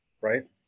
right